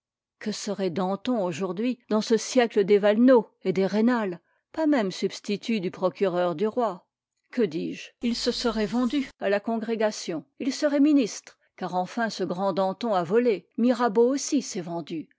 que serait danton aujourd'hui dans ce siècle des valenod et des rênal pas même substitut du procureur du roi que dis-je il se serait vendu à la congrégation il serait ministre car enfin ce grand danton a volé mirabeau aussi s'est vendu